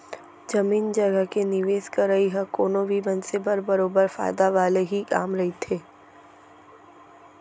जमीन जघा के निवेस करई ह कोनो भी मनसे बर बरोबर फायदा वाले ही काम रहिथे